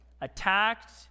attacked